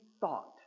thought